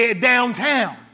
downtown